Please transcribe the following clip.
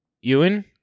Ewan